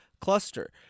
cluster